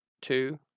two